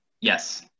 yes